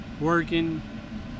working